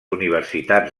universitats